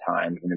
times